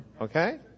okay